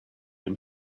and